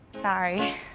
Sorry